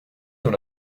dans